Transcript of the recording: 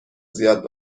زیاد